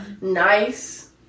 nice